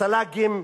צל"גים,